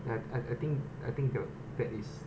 ya I I think I think the that is